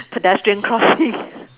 pedestrian crossing